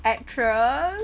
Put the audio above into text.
actress